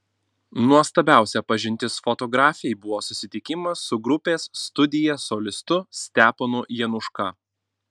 nuostabiausia pažintis fotografei buvo susitikimas su grupės studija solistu steponu januška